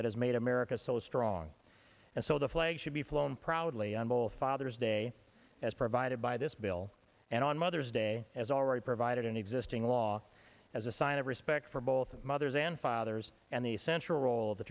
that has made america so strong and so the flag should be flown proudly on both father's day as provided by this bill and on mother's day as already provided in existing law as a sign of respect for both mothers and fathers and the essential role of the